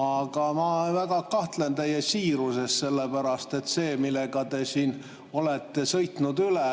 Aga ma väga kahtlen teie siiruses, sellepärast et see, kuidas te siin olete sõitnud üle